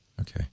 Okay